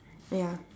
ya